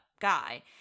guy